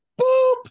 boop